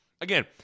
again